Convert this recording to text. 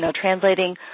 translating